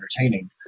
entertaining